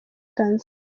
tanzania